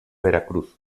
veracruz